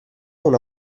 una